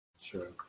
Sure